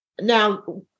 Now